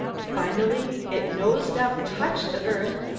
finally it nosed up, touched the earth,